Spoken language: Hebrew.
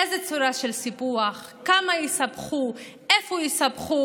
איזו צורה של סיפוח, כמה יספחו, איפה יספחו.